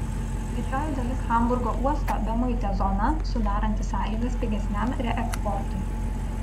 didžioji dalis hamburgo uosto bemuitė zona sudaranti sąlygas pigesniam reeksportui